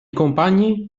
compagni